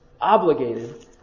obligated